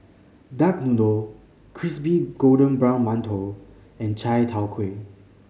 duck noodle crispy golden brown mantou and chai tow kway